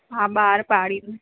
हा ॿार पाड़ी में